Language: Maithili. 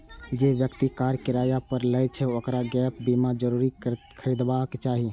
जे व्यक्ति कार किराया पर लै छै, ओकरा गैप बीमा जरूर खरीदबाक चाही